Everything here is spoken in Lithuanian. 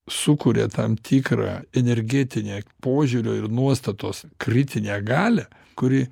sukuria tam tikrą energetinę požiūrio ir nuostatos kritinę galią kuri